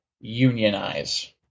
unionize